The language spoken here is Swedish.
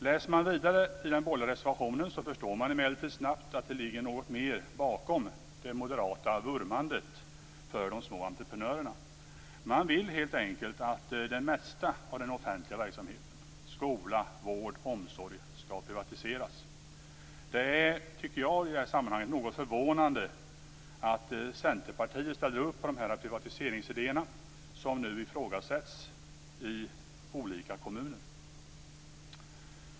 Läser man vidare i den borgerliga reservationen så förstår man emellertid snabbt att det ligger något mer bakom det moderata vurmandet för de små entreprenörerna. Man vill helt enkelt att det mesta av den offentliga verksamheten - skola, vård, omsorg - skall privatiseras. Det är, tycker jag, något förvånande i det här sammanhanget att Centerpartiet ställer upp på de här privatiseringsidéerna som nu ifrågasätts i olika kommuner.